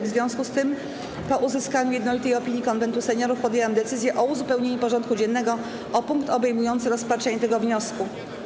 W związku z tym, po uzyskaniu jednolitej opinii Konwentu Seniorów, podjęłam decyzję o uzupełnieniu porządku dziennego o punkt obejmujący rozpatrzenie tego wniosku.